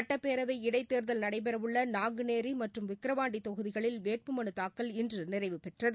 சட்டப்பேரவை இடைத்தேர்தல் நடைபெறவுள்ள நாங்குநேரி மற்றும் விக்ரவாண்டி தொகுதிகளில் வேட்புமனு தாக்கல் இன்று நிறைவுபெற்றது